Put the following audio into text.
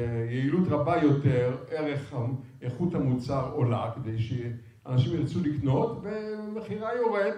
ביעילות רבה יותר, ערך, איכות המוצר עולה כדי שאנשים ירצו לקנות ומחירה יורד